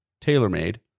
tailor-made